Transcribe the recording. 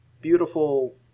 beautiful